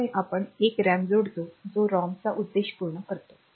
त्यामुळे आपण एक RAM जोडतो जो ROM चा उद्देश पूर्ण करतो